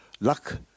luck